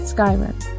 Skyrim